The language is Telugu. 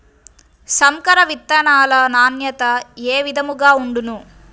సంకర విత్తనాల నాణ్యత ఏ విధముగా ఉండును?